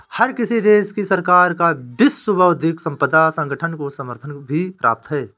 हर किसी देश की सरकार का विश्व बौद्धिक संपदा संगठन को समर्थन भी प्राप्त है